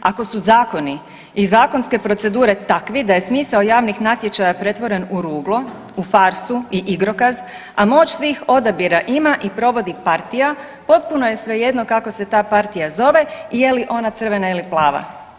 Ako su zakoni i zakonske procedure takvi da je smisao javnih natječaja pretvoren u ruglo, u farsu i igrokaz, a moć svih odabira ima i provodi partija potpuno je svejedno kako se taj partija zove i je li ona crvena ili plava.